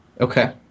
Okay